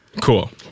cool